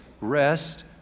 rest